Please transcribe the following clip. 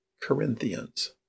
Corinthians